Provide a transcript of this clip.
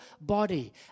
body